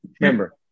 Remember